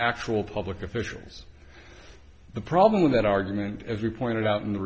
actual public officials the problem with that argument as you pointed out in the